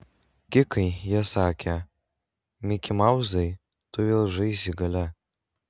kikai jie sakė mikimauzai tu vėl žaisi gale